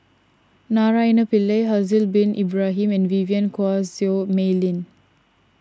Naraina Pillai Haslir Bin Ibrahim and Vivien Quahe Seah Mei Lin